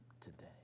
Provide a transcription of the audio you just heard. today